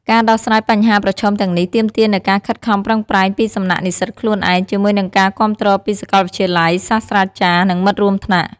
ការដោះស្រាយបញ្ហាប្រឈមទាំងនេះទាមទារនូវការខិតខំប្រឹងប្រែងពីសំណាក់និស្សិតខ្លួនឯង ជាមួយនឹងការគាំទ្រពីសាកលវិទ្យាល័យ សាស្ត្រាចារ្យ និងមិត្តរួមថ្នាក់។